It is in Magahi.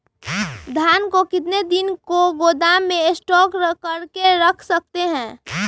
धान को कितने दिन को गोदाम में स्टॉक करके रख सकते हैँ?